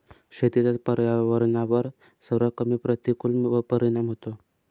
शेतीचा पर्यावरणावर सर्वात कमी प्रतिकूल परिणाम होतो